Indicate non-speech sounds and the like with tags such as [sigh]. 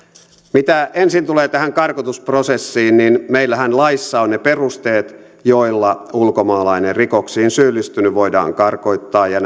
mitä ensin tulee tähän karkotusprosessiin niin meillähän laissa on ne perusteet joilla ulkomaalainen rikoksiin syyllistynyt voidaan karkottaa ja [unintelligible]